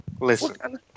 Listen